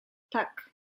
tak